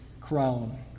crown